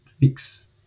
Fix